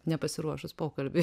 nepasiruošus pokalbiui